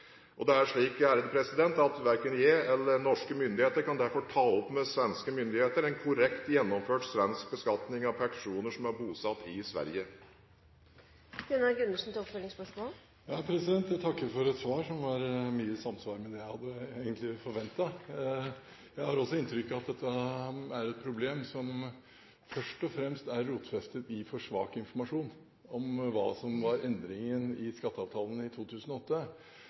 Det er slik at verken jeg eller norske myndigheter derfor kan ta opp med svenske myndigheter en korrekt gjennomført svensk beskatning av personer som er bosatt i Sverige. Jeg takker for et svar som var mye i samsvar med det jeg egentlig hadde forventet. Jeg har også inntrykk av at dette er et problem som først og fremst er rotfestet i for svak informasjon om hva som var endringen i skatteavtalen i 2008.